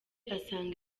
asanga